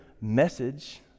message